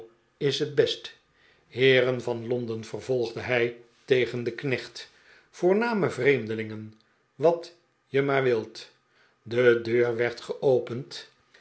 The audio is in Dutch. is het best heeren van londen vervolgde hij tegen den knecht voorname vreemdelingen wat je maar wilt de deur werd geopend